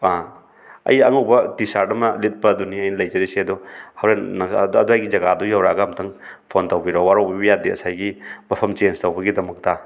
ꯑꯥ ꯑꯩ ꯑꯉꯧꯕ T shirt ꯑꯃ ꯂꯤꯠꯄ ꯑꯗꯨꯅꯤ ꯑꯩꯅ ꯂꯩꯖꯔꯤꯁꯦ ꯑꯗꯣ ꯍꯣꯔꯦꯟ ꯑꯗ꯭ꯋꯥꯏꯒꯤ ꯖꯒꯥꯗꯨ ꯌꯧꯔꯛꯑꯒ ꯑꯝꯇꯪ ꯐꯣꯟ ꯇꯧꯕꯤꯔꯛꯑꯣ ꯋꯥꯔꯧꯕꯤꯕ ꯌꯥꯗꯦ ꯉꯁꯥꯏꯒꯤ ꯃꯐꯝ ꯆꯦꯟꯖ ꯇꯧꯕꯒꯤꯗꯃꯛꯇ